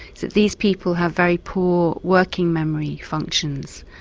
that these people have very poor working memory functions.